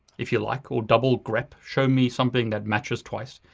if you like, or double grep. show me something that matches twice.